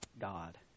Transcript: God